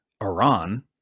Iran